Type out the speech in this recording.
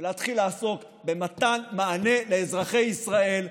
ולהתחיל לעסוק במתן מענה לאזרחי ישראל,